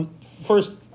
first